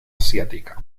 asiática